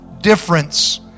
difference